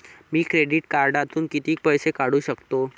मी credit कार्डातून किती पैसे काढू शकतो?